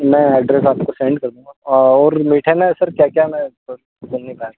मैं एड्रेस आपको सेंड कर दूँगा और मीठे में सर क्या क्या मैं थोड़ा सुन नहीं पाया सर